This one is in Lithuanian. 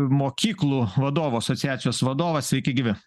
mokyklų vadovų asociacijos vadovas sveiki gyvi